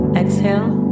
exhale